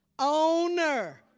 Owner